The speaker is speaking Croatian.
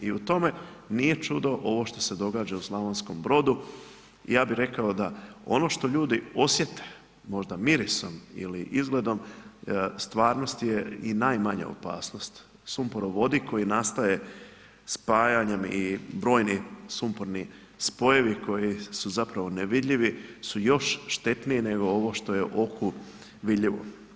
I u tome nije čudo ovo što se događa u Slavonskom Brodu, ja bi rekao da ono što ljudi osjete možda mirisom ili izgledom, u stvarnosti je i najmanja opasnost, sumporovodik koji nastaje spajanjem i brojni sumporni spojevi koji su zapravo nevidljivi su još štetniji nego ovo što je oku vidljivo.